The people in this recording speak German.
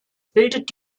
bildet